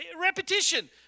Repetition